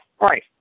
right